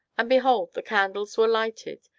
and behold, the candles were lighted,